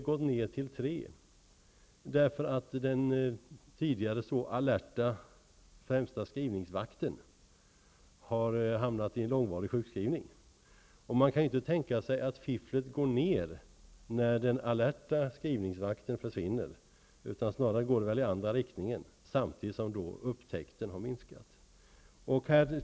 Anledningen skulle vara att den tidigare så alerta skrivningsvakten har blivit långvarigt sjukskriven. Det kan inte vara så att fifflet minskar för att den alerta skrivningsvakten har försvunnit. Snarare går det väl i den andra riktningen, samtidigt som antalet upptäckta fall har minskat.